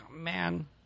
man